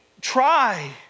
try